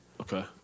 Okay